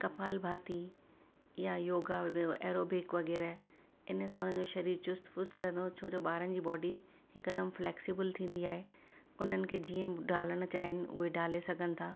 कपाल भाती या योगा जो एरोबिक वग़ैरह हिन सां उन्हनि जो सरीरु चुस्त फुस्त रहंदो छो जो ॿारनि जी बॉडी हिकदमि फ्लैक्सिबल थींदी आहे उन्हनि खे जीअं ढालणु चाहिनि उहे ढाले सघनि था